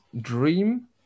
dream